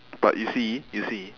but you see you see